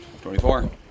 24